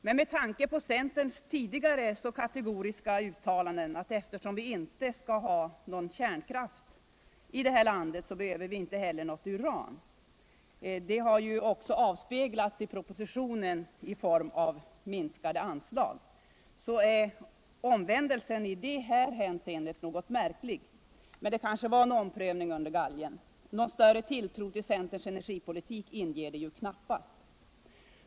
Men med tanke på centerns tidigare så kategoriska uttalanden, att eftersom vi inte skall ha någon kärnkraft i det här landet behöver vi inte heller något uran — det har ju också avspeglats i propositionen i form av minskade anslag — så är omvändelsen i det här hänseendet något märklig, men det var kanske en omprövning under galgen. Någon större tilltro till centerns energipoliuk inger det ju knappast.